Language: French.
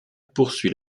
poursuit